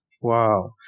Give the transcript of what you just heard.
Wow